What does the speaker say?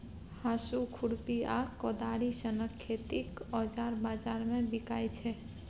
हाँसु, खुरपी आ कोदारि सनक खेतीक औजार बजार मे बिकाइ छै